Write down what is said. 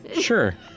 Sure